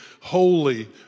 holy